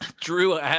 Drew